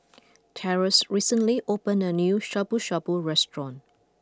Terance recently opened a new Shabu Shabu restaurant